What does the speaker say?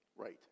right